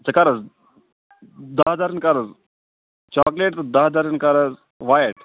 ژٕ کَر حظ دَہ درجن کَر حظ چاکلیٹ تہٕ دَہ درجن کَر حظ وایِٹ